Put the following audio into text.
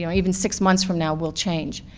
you know even six months from now will change.